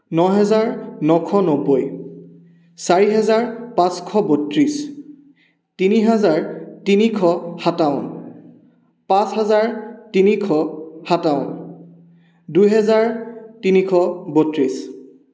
নহেজাৰ নশ নব্বৈ চাৰি হেজাৰ পাঁচশ বত্ৰিছ তিনি হাজাৰ তিনিশ সাতাৱন্ন পাঁচ হাজাৰ তিনিশ সাতাৱন্ন দুহেজাৰ তিনিশ বত্ৰিছ